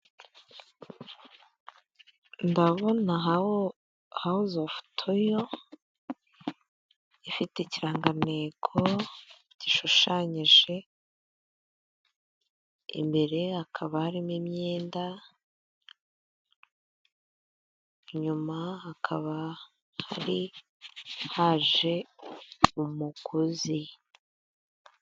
Ndabona hawuze ofu toyiro ifite ikirangantego gishushanyije imbere hakaba harimo imyenda inyuma hakaba hari haje umuguzi.